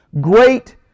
Great